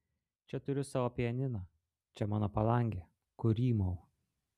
čia turiu savo pianiną čia mano palangė kur rymau